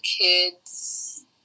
kids